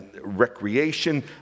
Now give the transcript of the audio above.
Recreation